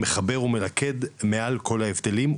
מחבר ומרקד מעל כל ההבדלים,